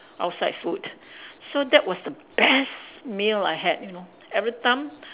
outside food so that was the best meal I had you know everytime